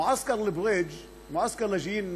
מועסכר אל-בורייג' מועסכר לאג'יין,